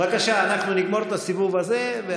בבקשה, אנחנו נגמור את הסיבוב הזה.